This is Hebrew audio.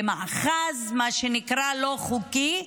במאחז לא חוקי,